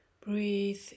Breathe